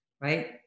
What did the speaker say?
Right